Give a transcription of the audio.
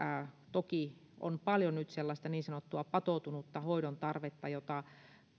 toki on paljon nyt sellaista niin sanottua patoutunutta hoidon tarvetta jota